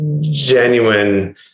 genuine